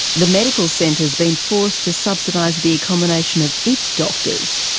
the medical centre's been forced to subsidise the accommodation of its doctors,